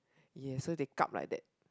ya so they kap like that